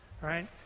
Right